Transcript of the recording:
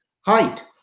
height